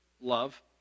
love